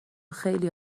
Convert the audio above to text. خیلی